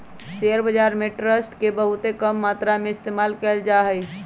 share बाजार में trust के बहुत कम मात्रा में इस्तेमाल कइल जा हई